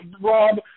Rob